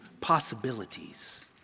possibilities